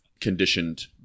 conditioned